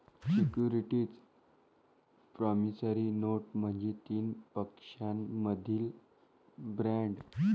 securities promissory note म्हणजे तीन पक्षांमधील बॉण्ड